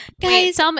Guys